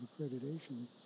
accreditation